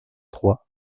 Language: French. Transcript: trois